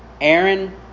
Aaron